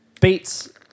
beats